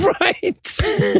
right